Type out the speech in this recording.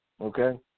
Okay